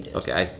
ah okay,